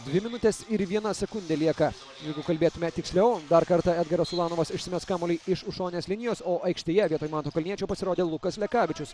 dvi minutės ir viena sekundė lieka jeigu kalbėtume tiksliau dar kartą edgaras ulanovas išsimes kamuolį iš už šoninės linijos o aikštėje vietoj manto kalniečio pasirodė lukas lekavičius